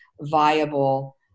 viable